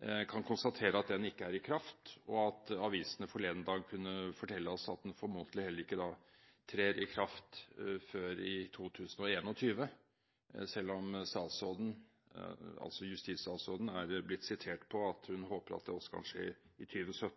kan jeg konstatere at den ikke er trådt i kraft, og at avisene forleden dag kunne fortelle oss at den formodentlig heller ikke trer i kraft før i 2021, selv om justisstatsråden er blitt sitert på at hun håper det kan skje i 2017.